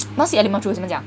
not say element of truth 我怎么讲